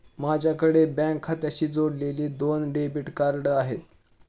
माझ्याकडे बँक खात्याशी जोडलेली दोन डेबिट कार्ड आहेत